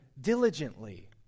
diligently